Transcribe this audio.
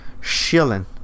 shilling